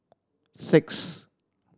six